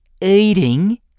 eating